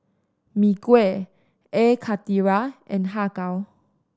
Mee Kuah Air Karthira and Har Kow